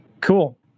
Cool